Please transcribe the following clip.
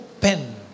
pen